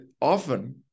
often